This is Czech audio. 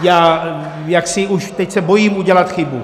Já jaksi už teď se bojím udělat chybu.